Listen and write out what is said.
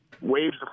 waves